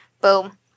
boom